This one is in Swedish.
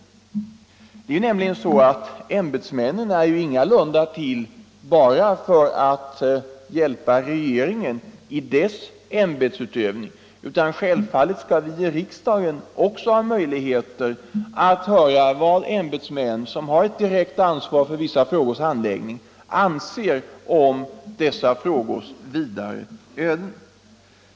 Ämbetsmännen är ju ingalunda till bara för att hjälpa regeringen i dess ämbetsutövning, utan självfallet skall vi i riksdagen också ha möjligheter att höra vad ämbetsmännen, som har ett direkt ansvar för vissa frågors handläggning, anser om dessa frågors vidare öden.